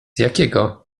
jakiego